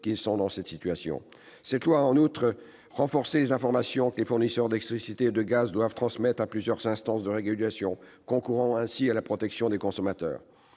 ne sert donc à rien ! Cette loi a en outre renforcé les informations que les fournisseurs d'électricité et de gaz doivent transmettre à plusieurs instances de régulation, ce qui concourt à la protection des consommateurs.